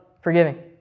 forgiving